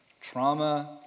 trauma